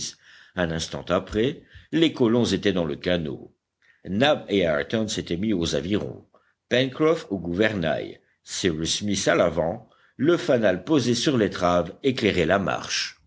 un instant après les colons étaient dans le canot nab et ayrton s'étaient mis aux avirons pencroff au gouvernail cyrus smith à l'avant le fanal posé sur l'étrave éclairait la marche